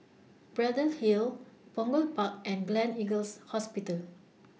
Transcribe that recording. Braddell Hill Punggol Park and Gleneagles Hospital